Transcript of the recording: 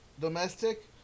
domestic